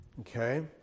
Okay